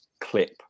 clip